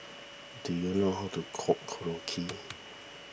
do you know how to cook Korokke